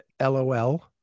LOL